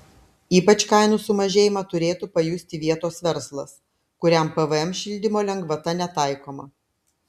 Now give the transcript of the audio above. ypač kainų sumažėjimą turėtų pajusti vietos verslas kuriam pvm šildymo lengvata netaikoma